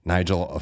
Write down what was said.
Nigel